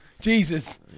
Jesus